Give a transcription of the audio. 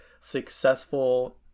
successful